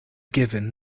given